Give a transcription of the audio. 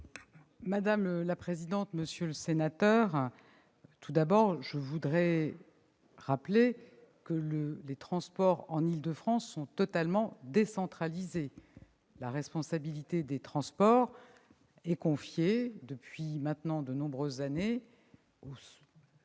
Mme la ministre. Monsieur le sénateur, tout d'abord, je voudrais rappeler que les transports en Île-de-France sont totalement décentralisés. La responsabilité des transports est en effet confiée depuis maintenant de nombreuses années au Syndicat